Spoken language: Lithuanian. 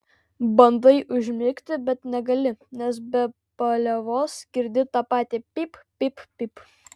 bandai užmigti bet negali nes be paliovos girdi tą patį pyp pyp pyp